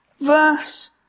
Verse